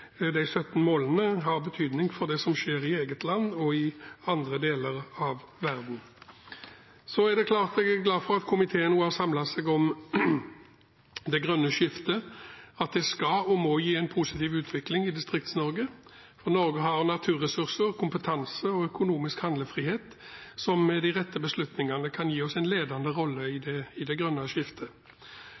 De 17 målene har betydning for det som skjer i eget land og i andre deler av verden. Det er klart at jeg er glad for at komiteen nå har samlet seg om det grønne skiftet, at det skal og må gi en positiv utvikling i Distrikts-Norge. Norge har naturressurser, kompetanse og økonomisk handlefrihet som med de rette beslutninger kan gi oss en ledende rolle i det grønne skiftet.